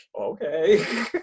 okay